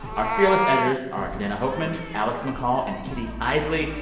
our fearless editors are jordana hochman, alex mccall and kitty eisele.